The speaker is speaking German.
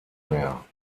mehr